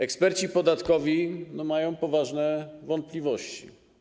Eksperci podatkowi mają poważne wątpliwości.